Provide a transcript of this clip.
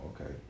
okay